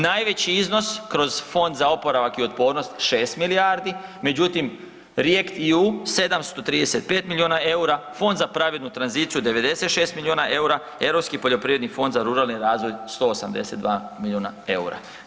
Najveći iznos kroz Fond za oporavak i otpornost 6 milijardi, međutim REACT-EU 735 milijuna EUR-a, Fond za pravednu tranziciju 96 milijuna EUR-a, Europski poljoprivredni Fond za ruralni razvoj 182 milijuna EUR-a.